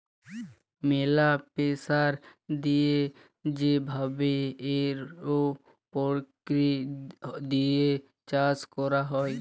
ম্যালা প্রেসার দিয়ে যে ভাবে এরওপনিক্স দিয়ে চাষ ক্যরা হ্যয়